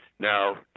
Now